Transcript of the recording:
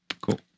Cool